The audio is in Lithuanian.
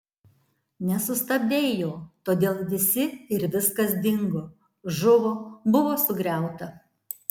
nesustabdei jo todėl visi ir viskas dingo žuvo buvo sugriauta